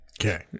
Okay